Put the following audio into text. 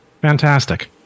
Fantastic